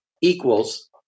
equals